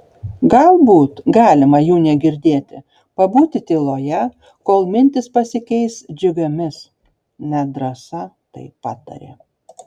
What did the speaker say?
galbūt galima jų negirdėti pabūti tyloje kol mintys pasikeis džiugiomis nedrąsa taip patarė